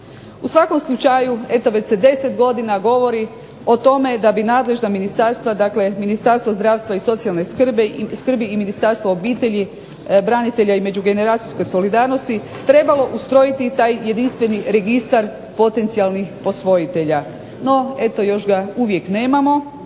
U svakom slučaju eto već se 10 godina govori o tome da bi nadležna ministarstva dakle Ministarstvo zdravstva i socijalne skrbi i Ministarstvo obitelji, branitelja i međugeneracijske solidarnosti trebalo ustrojiti taj jedinstveni registar potencijalnih posvojitelja, no još ga uvijek nemamo,